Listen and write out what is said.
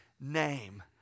name